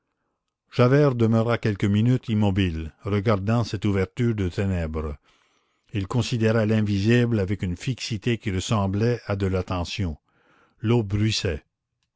javert demeura quelques minutes immobile regardant cette ouverture de ténèbres il considérait l'invisible avec une fixité qui ressemblait à de l'attention l'eau